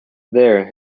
there